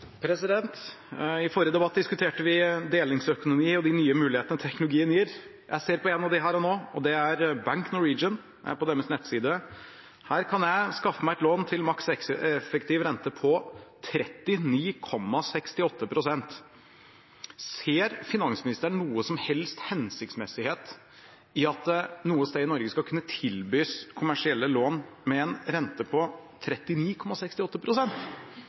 I forrige debatt diskuterte vi delingsøkonomi og de nye mulighetene teknologien gir. Jeg ser på en av dem her og nå, og det er Bank Norwegian. Jeg er på deres nettside. Her kan jeg skaffe meg et lån til maks effektiv rente på 39,68 pst. Ser finansministeren noen som helst hensiktsmessighet i at det noe sted i Norge skal kunne tilbys kommersielle lån med en rente på